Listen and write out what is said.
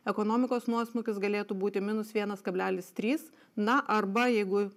ekonomikos nuosmukis galėtų būti minus vienas kablelis trys na arba jeigu